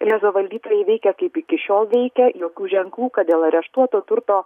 lezo valdytojai veikia kaip iki šiol veikė jokių ženklų kad dėl areštuoto turto